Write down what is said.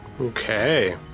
Okay